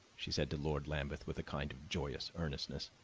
she said to lord lambeth with a kind of joyous earnestness.